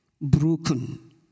Broken